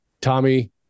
Tommy